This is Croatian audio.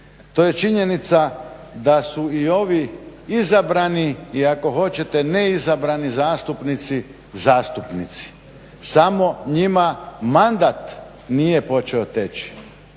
to je činjenica da su i ovi izabrani i ako hoćete neizabrani zastupnici zastupnici, samo njima mandat nije počeo teći.